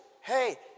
hey